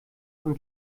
von